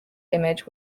image